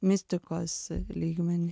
mistikos lygmenį